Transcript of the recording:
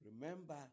Remember